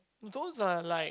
those are like